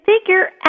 figure